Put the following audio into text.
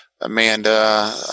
Amanda